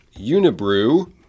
Unibrew